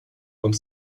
und